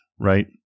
right